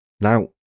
Now